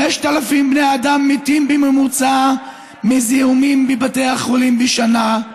5,000 בני אדם מתים בממוצע מזיהומים בבתי החולים בשנה,